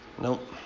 Nope